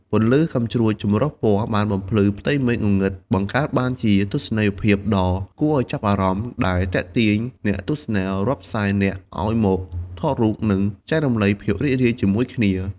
ពន្លឺកាំជ្រួចចម្រុះពណ៌បានបំភ្លឺផ្ទៃមេឃងងឹត បង្កើតបានជាទស្សនីយភាពដ៏គួរឲ្យចាប់អារម្មណ៍ ដែលទាក់ទាញអ្នកទស្សនារាប់សែននាក់ឲ្យមកថតរូប និងចែករំលែកភាពរីករាយជាមួយគ្នា។